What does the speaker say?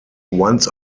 once